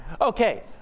Okay